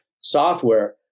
software